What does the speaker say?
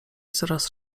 coraz